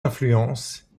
influences